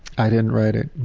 i didn't write it.